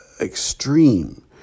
extreme